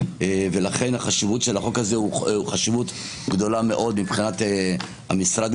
ולכן החשיבות של החוק הזה היא חשיבות גדולה מאוד מבחינת המשרד,